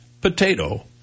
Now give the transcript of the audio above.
potato